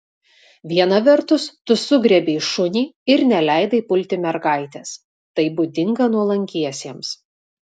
viena vertus tu sugriebei šunį ir neleidai pulti mergaitės tai būdinga nuolankiesiems